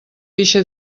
pixa